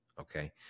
okay